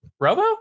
Robo